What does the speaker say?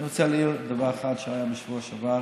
אני רוצה להעיר דבר אחד שהיה בשבוע שעבר